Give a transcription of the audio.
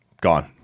gone